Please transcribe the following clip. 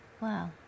Wow